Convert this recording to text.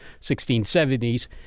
1670s